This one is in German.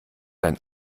ein